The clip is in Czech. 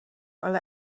ale